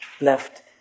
left